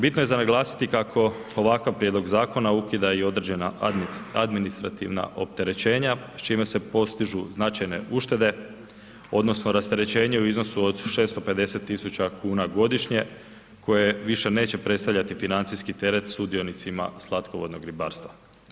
Bitno je za naglasiti kako ovakav prijedlog zakona ukida i određena administrativna opterećenja s čime se postižu značajne uštede odnosno rasterećenje u iznosu od 650.000 kuna godišnje koje više neće predstavljati financijski teret sudionicima slatkovodnog ribarstva.